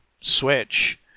Switch